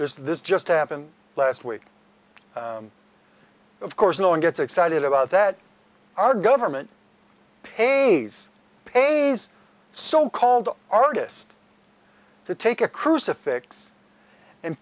there's this just happened last week of course no one gets excited about that our government pays pays so called artist to take a crucifix and